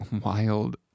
wild